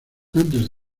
antes